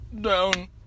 down